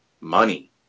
money